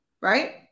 right